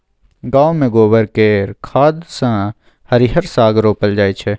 गांव मे गोबर केर खाद सँ हरिहर साग रोपल जाई छै